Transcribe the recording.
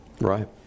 right